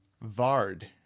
Vard